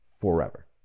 forever